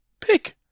pick